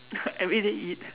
everyday eat